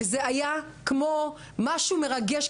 וזה היה כמו משהו מרגש,